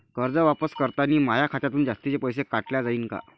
कर्ज वापस करतांनी माया खात्यातून जास्तीचे पैसे काटल्या जाईन का?